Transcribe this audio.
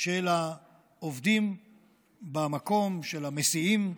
של העובדים במקום, של המסיעים,